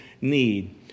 need